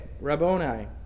Rabboni